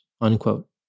unquote